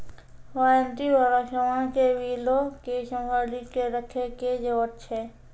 warranty बाला समान के बिलो के संभाली के रखै के जरूरत छै